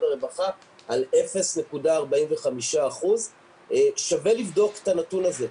הרווחה על 0.45%. שווה לבדוק את הנתון הזה.